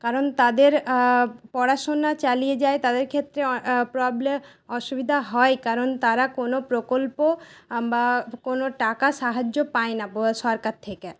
কারণ তাদের পড়াশোনা চালিয়ে যায় তাদের ক্ষেত্রে প্রব্লে অসুবিধা হয় কারণ তারা কোনও প্রকল্প বা কোনও টাকার সাহায্য পায় না সরকার থেকে